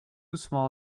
small